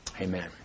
Amen